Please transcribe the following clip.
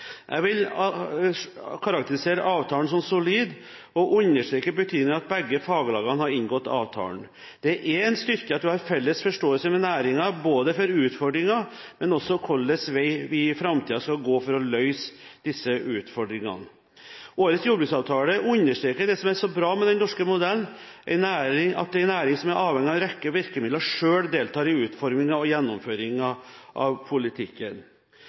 jeg det. Jeg vil karakterisere avtalen som solid og understreke betydningen av at begge faglagene har inngått avtalen. Det er en styrke at en har felles forståelse med næringen, både med hensyn til utfordringer og hvilken vei vi i framtiden skal gå for å løse disse utfordringene. Årets jordbruksavtale understreker det som er så bra med den norske modellen, at en næring som er avhengig av en rekke virkemidler, selv deltar i utformingen og gjennomføringen av politikken.